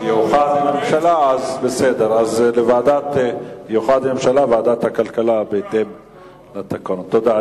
מוקדם בוועדת הכלכלה נתקבלה.